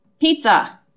Pizza